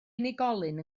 unigolyn